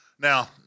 now